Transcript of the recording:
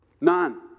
none